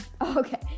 Okay